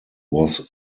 was